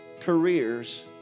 careers